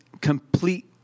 complete